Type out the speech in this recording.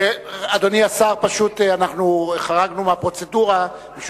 אדוני השר, פשוט, אנחנו חרגנו מהפרוצדורה.